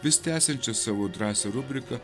vis tęsiančios savo drąsią rubriką